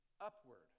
upward